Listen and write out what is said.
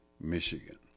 Michigan